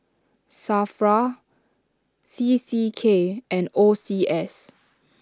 Safra C C K and O C S